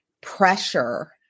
pressure